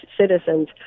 citizens